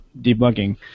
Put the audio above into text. debugging